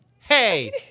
hey